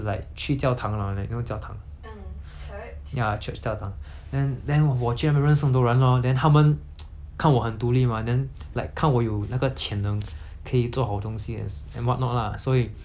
ya church 教堂 then then 我去那边认识很多人 lor then 他们 看我很独立 mah then like 看我有那个潜能可以做好东西 and st~ and whatnot lah 所以所以 in church it's the it's like a